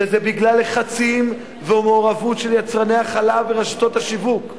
שזה בגלל לחצים ומעורבות של יצרני החלב ורשתות השיווק,